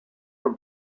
from